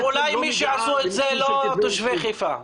אולי מי שעשו את זה הם לא תושבי חיפה?